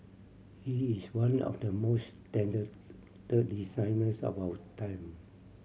he is one of the most talented designers of our time